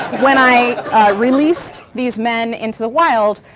when i released these men into the wild,